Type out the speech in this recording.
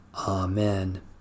Amen